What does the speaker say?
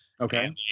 okay